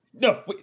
No